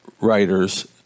writers